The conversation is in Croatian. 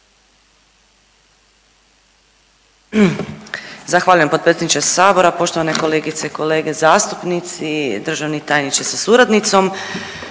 Zahvaljujem potpredsjedniče sabora, poštovane kolegice i kolege zastupnici i državni tajniče sa suradnicom.